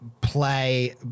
play